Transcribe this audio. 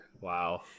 wow